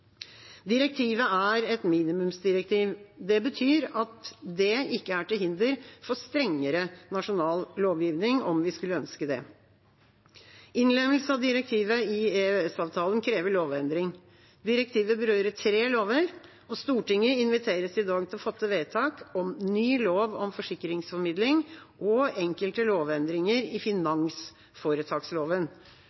Direktivet er et minimumsdirektiv. Det betyr at det ikke er til hinder for strengere nasjonal lovgivning, om vi skulle ønske det. Innlemmelse av direktivet i EØS-avtalen krever lovendring. Direktivet berører tre lover. Stortinget inviteres i dag til å fatte vedtak om ny lov om forsikringsformidling og enkelte lovendringer i